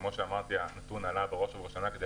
כמו שאמרתי: הנתון עלה בראש ובראשונה כדי